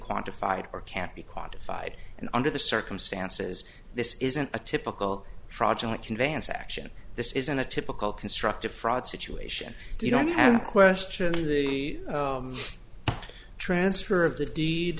quantified or can't be quantified and under the circumstances this isn't a typical fraudulent conveyance action this isn't a typical construct a fraud situation you don't have a question in the transfer of the deed